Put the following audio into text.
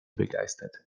begeistert